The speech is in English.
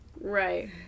Right